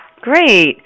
Great